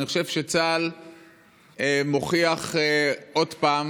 אני חושב שצה"ל מוכיח עוד פעם